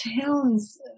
towns